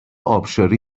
ابشاری